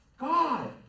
God